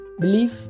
belief